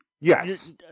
Yes